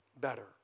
better